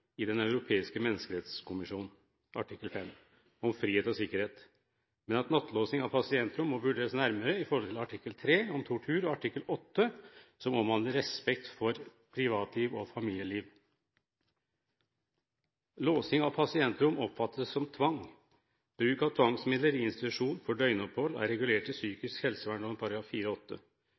i Den europeiske menneskerettskonvensjons artikkel 5, om frihet og sikkerhet, men at nattelåsing av pasientrom må vurderes nærmere i forhold til artikkel 3, om tortur, og artikkel 8, som omhandler respekt for privatliv og familieliv. Låsing av pasientrom oppfattes som tvang. Bruk av tvangsmidler i institusjon for døgnopphold er regulert i psykisk